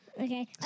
Okay